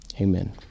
amen